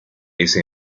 ese